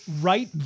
right